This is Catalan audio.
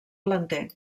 planter